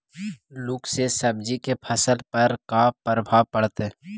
लुक से सब्जी के फसल पर का परभाव पड़तै?